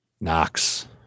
Knox